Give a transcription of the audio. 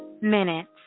minutes